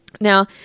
Now